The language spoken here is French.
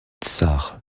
tsars